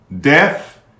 death